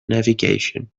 navigation